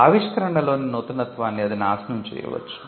ఆవిష్కరణలోని నూతనత్వాన్ని అది నాశనం చేయవచ్చు